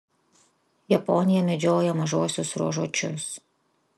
japonija medžioja mažuosiuos ruožuočius